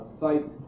sites